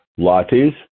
lattes